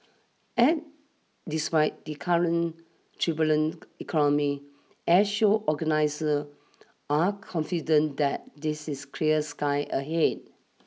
and despite the current turbulent economy Airshow organiser are confident that this is clear sky ahead